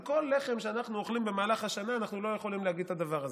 על כל לחם שאנחנו אוכלים במהלך השנה אנחנו לא יכולים להגיד את הדבר הזה.